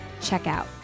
checkout